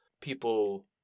people